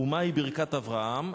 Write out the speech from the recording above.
ומה היא ברכת אברהם?